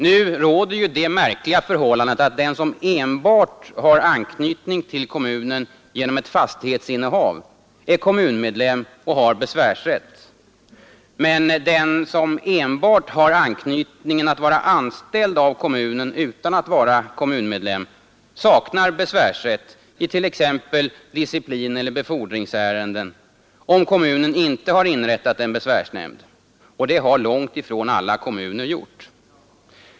Nu råder ju det märkliga förhållandet att den som enbart har anknytning till kommunen genom ett fastighetsinnehav är kommunmedlem och har besvärsrätt, medan den som uteslutande har anknytningen att vara anställd av kommunen utan att vara kommunmedlem saknar besvärsrätt i t.ex. disciplineller befordringsärenden, om kommunen inte har inrättat en besvärsnämnd. Och det har långt ifrån alla kommuner gjort.